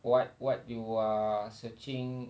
what what you are searching